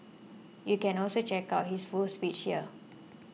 you can also check out his full speech here